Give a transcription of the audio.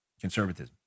conservatism